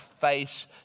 face